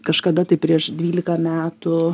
kažkada tai prieš dvylika metų